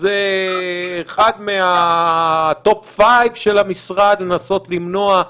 זה אחד מהטופ פייב של המשרד לנסות למנוע?